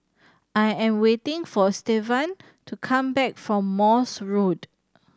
I am waiting for Stevan to come back from Morse Road